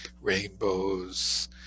rainbows